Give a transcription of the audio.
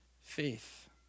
faith